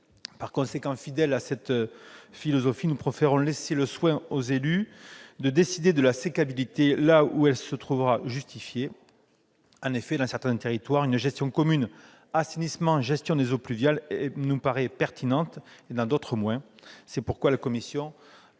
Gatel. Fidèles à cette philosophie, nous préférons laisser le soin aux élus locaux de décider de la sécabilité là où elle est justifiée. En effet, dans certains territoires, une gestion commune de l'assainissement et de la gestion des eaux pluviales nous paraît pertinente, dans d'autres moins. C'est pourquoi la commission